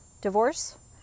divorce